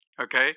okay